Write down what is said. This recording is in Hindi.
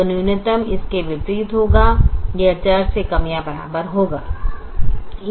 तो न्यूनतम इसके विपरीत होगा यह चर से कम या बराबर होगा